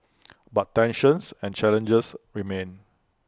but tensions and challenges remain